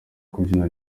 kubyina